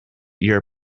your